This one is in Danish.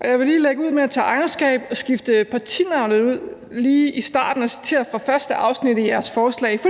og jeg vil lige lægge ud med at tage ejerskab og skifte partinavnet ud i starten og citere fra det første afsnit i jeres forslag. For